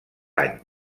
anys